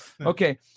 Okay